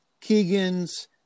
Keegan's